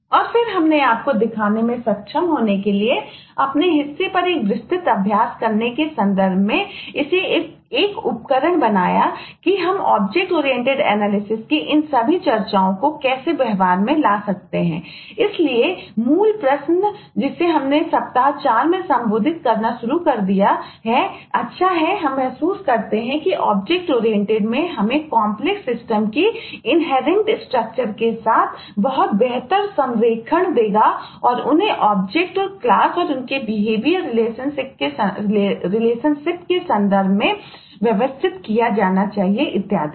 और फिर हमने आपको दिखाने में सक्षम होने के लिए अपने हिस्से पर एक विस्तृत अभ्यास करने के संदर्भ में इसे एक उपकरण बनाया है कि हम ऑब्जेक्ट ओरिएंटेड एनालिसिसके संदर्भ में व्यवस्थित किया जाना चाहिए इत्यादि